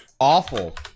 Awful